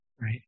right